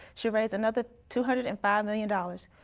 should raise another two hundred and five million dollars.